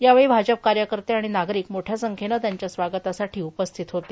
यावेळी भाजपा कार्यकर्ते आणि नागरिक मोठ्या संख्येने त्यांच्या स्वागतासाठी उपस्थित होते